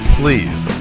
please